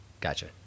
Gotcha